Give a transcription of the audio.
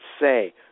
say